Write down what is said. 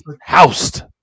housed